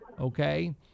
okay